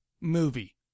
movie